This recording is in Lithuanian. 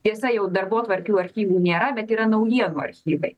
tiesa jau darbotvarkių archyvų nėra bet yra naujienų archyvai